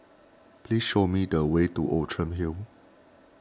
please show me the way to Outram Hill